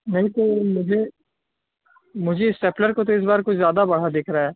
نہیں تو مجھے مجھے اسٹیپلر کو تو اس بار کچھ زیادہ بڑھا دکھ رہا ہے